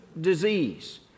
disease